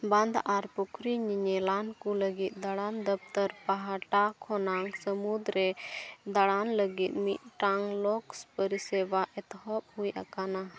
ᱵᱟᱸᱫᱷ ᱟᱨ ᱯᱩᱠᱷᱨᱤ ᱧᱮᱧᱮᱞᱟᱱ ᱠᱚ ᱞᱟᱹᱜᱤᱫ ᱫᱟᱬᱟᱱ ᱫᱚᱯᱛᱚᱨ ᱯᱟᱦᱴᱟ ᱠᱷᱚᱱᱟᱜ ᱥᱟᱹᱢᱩᱫ ᱨᱮ ᱫᱟᱬᱟᱱ ᱞᱟᱹᱜᱤᱫ ᱢᱤᱫᱴᱟᱱ ᱞᱳᱠ ᱯᱚᱨᱤᱥᱮᱵᱟ ᱮᱛᱚᱦᱚᱵ ᱦᱩᱭ ᱟᱠᱟᱱᱟ